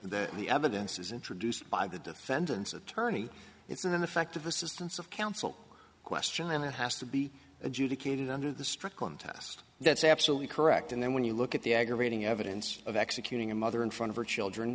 that the evidence is introduced by the defendant's attorney it's an ineffective assistance of counsel question and it has to be adjudicated under the strict contest that's absolutely correct and then when you look at the aggravating evidence of executing a mother in front of her children